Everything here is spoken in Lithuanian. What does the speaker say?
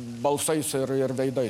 balsais ir ir veidais